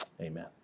Amen